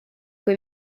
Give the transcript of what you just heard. kui